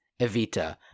Evita